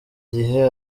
gihe